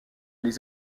les